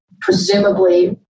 presumably